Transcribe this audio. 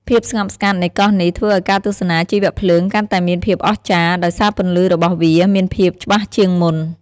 ភាពស្ងប់ស្ងាត់នៃកោះនេះធ្វើឲ្យការទស្សនាជីវភ្លើងកាន់តែមានភាពអស្ចារ្យ ដោយសារពន្លឺរបស់វាមានភាពច្បាស់ជាងមុន។